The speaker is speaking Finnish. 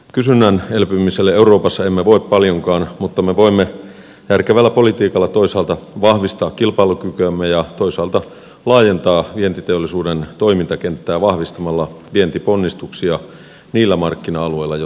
kysynnän elpymiselle euroopassa emme voi paljonkaan mutta me voimme järkevällä politiikalla toisaalta vahvistaa kilpailukykyämme ja toisaalta laajentaa vientiteollisuuden toimintakenttää vahvistamalla vientiponnistuksia niillä markkina alueilla jotka kasvavat